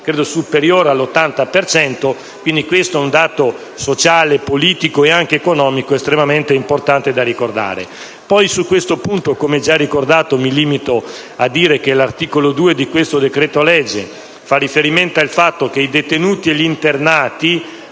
(credo sia superiore all'80 per cento). Questo è un dato sociale, politico e anche economico estremamente importante da ricordare. Su questo punto, come ricordato, mi limito a dire che l'articolo 2 di questo decreto-legge prevede che «i detenuti e gli internati